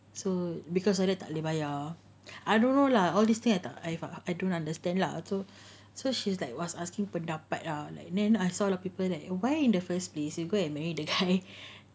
so because dia tak boleh bayar I don't know lah all this thing I I don't understand lah so so she's like was asking pendapat lah like then I saw a lot of people that why in the first place you go and marry that kind